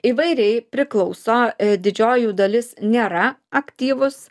įvairiai priklauso didžioji jų dalis nėra aktyvūs